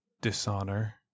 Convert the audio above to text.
dishonor